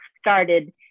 started